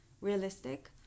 realistic